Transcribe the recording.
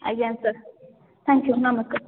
ଆଜ୍ଞା sir thank you ନମସ୍କାର୍